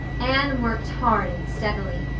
anne worked hard and steadily.